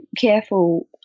careful